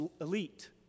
elite